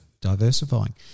Diversifying